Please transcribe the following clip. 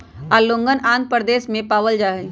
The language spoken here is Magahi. ओंगोलवन आंध्र प्रदेश में पावल जाहई